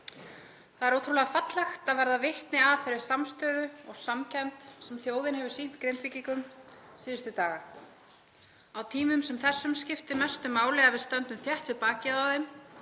Það er ótrúlega fallegt að verða vitni að þeirri samstöðu og samkennd sem þjóðin hefur sýnt Grindvíkingum síðustu daga. Á tímum sem þessum skiptir mestu máli að við stöndum þétt við bakið á þeim